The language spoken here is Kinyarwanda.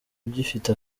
ugifite